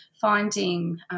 finding